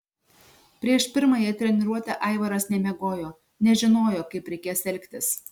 prieš pirmąją treniruotę aivaras nemiegojo nežinojo kaip reikės elgtis